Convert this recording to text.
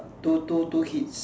two two two kids